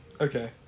okay